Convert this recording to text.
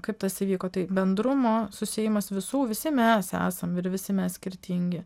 kaip tas įvyko tai bendrumo susiejimas visų visi mes esam ir visi mes skirtingi